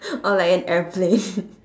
or like an airplane